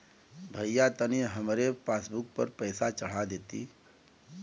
भईया तनि हमरे पासबुक पर पैसा चढ़ा देती